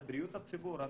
על בריאות הציבור.